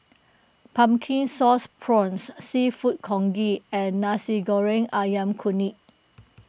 Pumpkin Sauce Prawns Seafood Congee and Nasi Goreng Ayam Kunyit